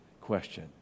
question